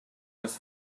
was